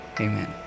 amen